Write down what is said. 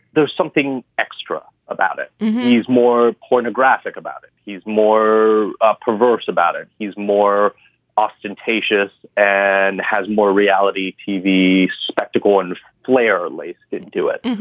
there's something extra about it. he's more pornographic about it. he's more ah perverse about it. he's more ostentatious and has more reality tv spectacle and player list didn't do it.